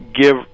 give